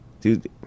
Dude